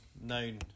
known